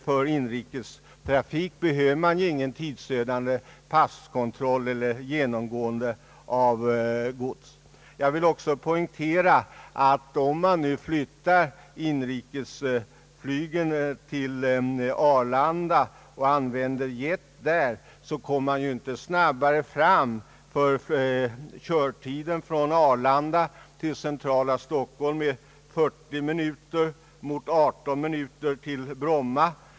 För inrikestrafiken behövs ju ingen tidsödande passkontroll eller genomgång av gods. Jag vill också poängtera att om man flyttar inrikesflyget till Arlanda och använder jet kommer man inte snabbare fram, ty körtiden från Arlanda till centrala Stockholm är 40 minuter mot 18 minuter från Bromma.